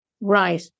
Right